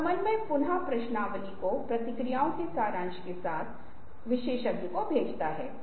तो आप उन गुणों की एक सूची बनाते हैं लेकिन आप इसे अलग से रख रहे हैं